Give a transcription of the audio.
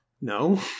no